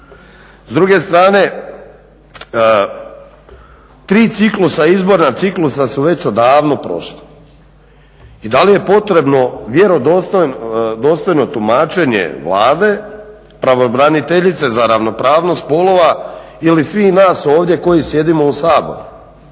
S druge strane tri izborna ciklusa su već odavno prošla i da li je potrebno vjerodostojno tumačenje Vlade, pravobraniteljice za ravnopravnost spolova ili svih nas ovdje koji sjedimo u Saboru.